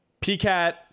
PCAT